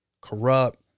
Corrupt